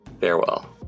Farewell